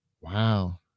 Wow